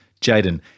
Jaden